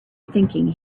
thinking